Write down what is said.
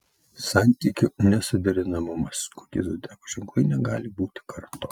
santykių nesuderinamumas kokie zodiako ženklai negali būti kartu